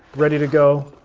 ready to go,